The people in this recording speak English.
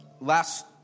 Last